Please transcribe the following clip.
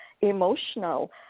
emotional